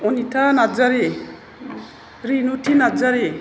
Anita Narzary Rinuti Narzary